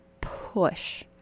push